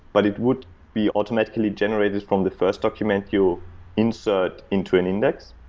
but it would be automatically generated from the first document you insert into an index.